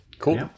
Cool